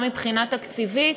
גם מבחינה תקציבית,